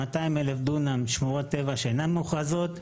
200,000 דונמים מוקצים לשמורות טבע שאינן מוכרזות,